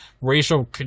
racial